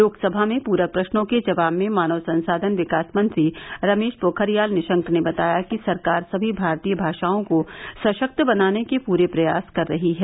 लोकसभा में पूरक प्रश्नो के जवाब में मानव संसाधन विकास मंत्री रमेश पोखरियाल निशंक ने बताया कि सरकार सभी भारतीय भाषाओं को सशक्त बनाने के पूरे प्रयास कर रही है